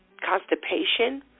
constipation